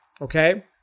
okay